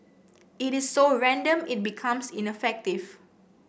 it is so random it becomes ineffective